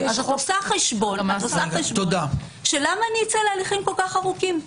את עושה חשבון של למה אצא להליכים כה ארוכים?